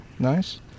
Nice